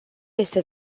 este